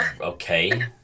okay